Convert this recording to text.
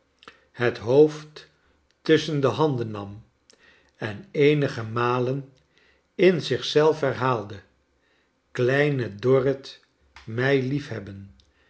het hoofd tusschen de handen nam en eenige malen in zich zelf herhaalde kleine dorrit mij liefhebben